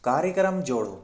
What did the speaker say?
कार्यक्रम जोड़ो